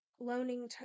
loaning